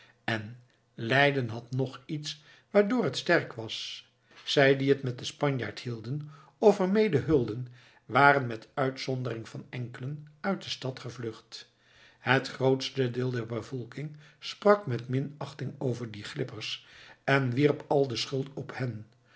en leiden had ng iets waardoor het sterk was zij die het met den spanjaard hielden of er mede heulden waren met uitzondering van enkelen uit de stad gevlucht het grootste deel der bevolking sprak met minachting over die glippers en wierp al de schuld op hen